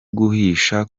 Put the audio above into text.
guhisha